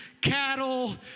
cattle